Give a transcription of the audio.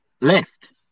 left